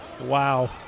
Wow